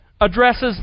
addresses